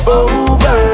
over